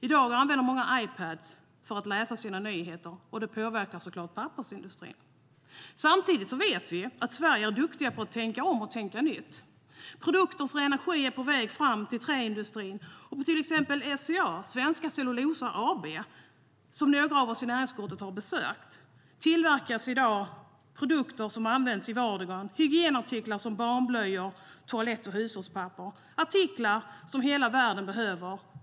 I dag använder många Ipad för att läsa sina nyheter, och det påverkar såklart pappersindustrin. Samtidigt vet vi att Sverige är duktigt på att tänka om och tänka nytt. Produkter för energi är på väg fram från träindustrin. På till exempel SCA, Svenska Cellulosa AB, som några av oss i näringsutskottet har besökt, tillverkas i dag produkter som används i vardagen. Det är hygienartiklar som barnblöjor och toalett och hushållspapper - artiklar som hela världen behöver.